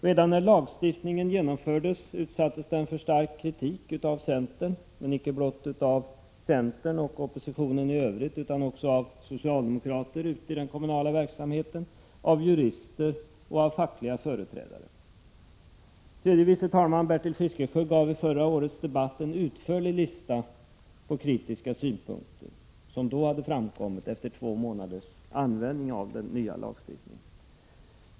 Redan när lagstiftningen genomfördes utsattes den för stark kritik av centern, men inte blott av centern och oppositionen i övrigt, utan också av socialdemokrater ute i den kommunala verksamheten, av jurister och av fackliga företrädare. Tredje vice talman Bertil Fiskesjö gav vid förra årets debatt en utförlig lista på kritiska synpunkter som hade framkommit då lagen hade varit i kraft i två månader.